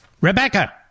Rebecca